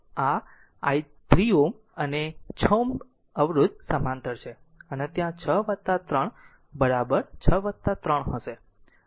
આમ આ 3 Ω અને 6 Ω અવરોધ સમાંતર છે અને ત્યાં 6 3 બરાબર 6 3 હશે